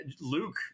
Luke